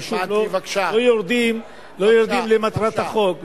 ולא יודעים על מטרת החוק,